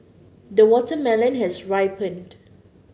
the watermelon has ripened